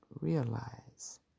realize